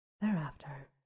Thereafter